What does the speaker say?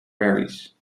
berries